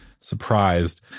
surprised